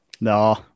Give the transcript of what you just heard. No